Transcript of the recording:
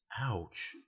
Ouch